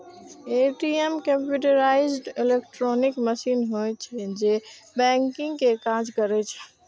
ATM computerised electronic machine होइ छै, जे बैंकिंग के काज करै छै